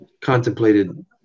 contemplated